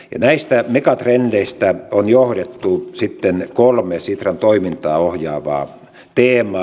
näistä megatrendeistä on johdettu sitten kolme sitran toimintaa ohjaavaa teemaa